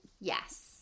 Yes